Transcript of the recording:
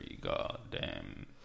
goddamn